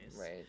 Right